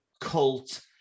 cult